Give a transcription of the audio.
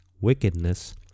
wickedness